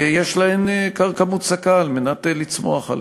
יש להם קרקע מוצקה לצמוח עליה.